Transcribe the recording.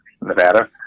Nevada